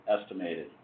estimated